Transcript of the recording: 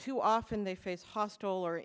too often they face